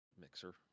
mixer